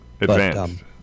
Advanced